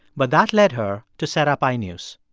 but that led her to set up i-news.